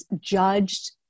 judged